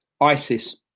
Isis